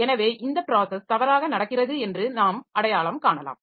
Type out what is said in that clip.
எனவே இந்த ப்ராஸஸ் தவறாக நடக்கிறது என்று நாம் அடையாளம் காணலாம்